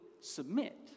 submit